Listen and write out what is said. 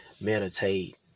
meditate